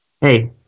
Hey